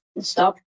stop